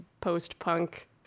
post-punk